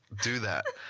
do that.